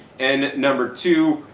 and number two,